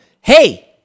hey-